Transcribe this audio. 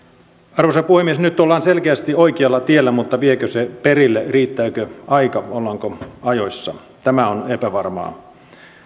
arvoisa puhemies nyt ollaan selkeästi oikealla tiellä mutta viekö se perille riittääkö aika ollaanko ajoissa tämä on epävarmaa